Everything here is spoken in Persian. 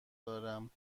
دارم